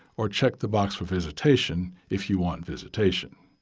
or check the box for visitation if you want visitation.